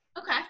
Okay